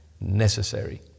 necessary